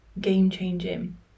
game-changing